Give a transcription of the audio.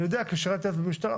אני יודע כי שירתי אז במשטרה.